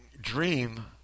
dream